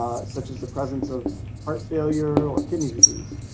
such as the presence of heart failure or kidney disease.